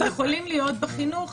הם יכולים להיות בחינוך.